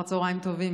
אחר צוהריים טובים,